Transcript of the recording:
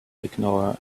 ignore